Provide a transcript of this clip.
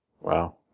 Wow